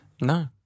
No